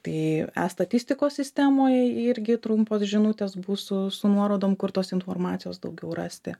tai e statistikos sistemoj irgi trumpos žinutės bus su su nuorodom kur tos informacijos daugiau rasti